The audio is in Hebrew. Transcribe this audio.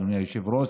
אדוני היושב-ראש,